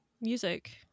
music